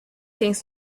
things